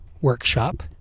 workshop